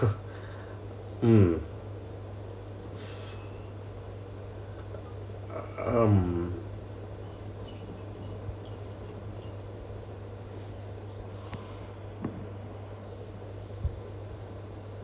mm um